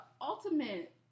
ultimate